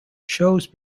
shows